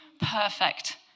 perfect